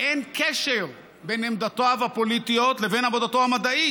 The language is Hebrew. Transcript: אין קשר בין עמדותיו הפוליטיות לבין עבודתו המדעית.